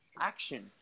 action